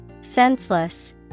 Senseless